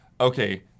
okay